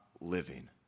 living